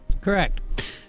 Correct